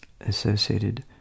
associated